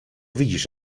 widzisz